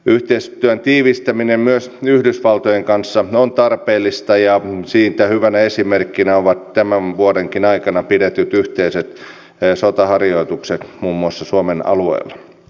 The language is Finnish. yhteistyön tiivistäminen myös yhdysvaltojen kanssa on tarpeellista ja siitä hyvänä esimerkkinä ovat tämän vuodenkin aikana pidetyt yhteiset sotaharjoitukset muun muassa suomen alueella